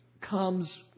comes